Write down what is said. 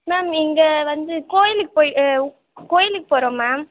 ma'am இங்கே வந்து கோயிலுக்கு போய் கோயிலுக்கு போகறோம் மேம்